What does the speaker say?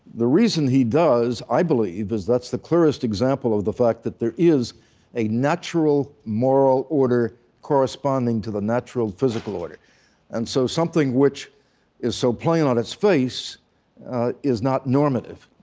the reason he does, i believe, is that's the clearest example of the fact that there is a natural moral order corresponding to the natural physical order and so something which is so plain on its face is not normative.